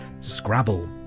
Scrabble